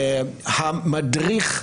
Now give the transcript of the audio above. המדריך,